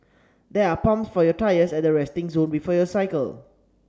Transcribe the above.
there are pumps for your tyres at the resting zone before you cycle